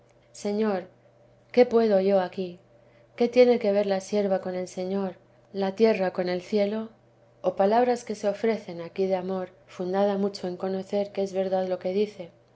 señor qué puedo yo aquí qué tiene que ver la sierva con el señor la tierra con el cielo o palabras que se ofrecen aquí de amor fundada mucho en conocer que es verdad lo que dice